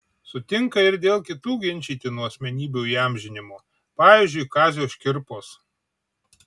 sutinka ir dėl kitų ginčytinų asmenybių įamžinimo pavyzdžiui kazio škirpos